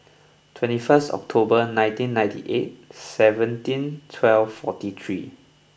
twenty first October nineteen ninety eight seventeen twelve forty three